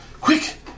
Quick